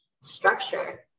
structure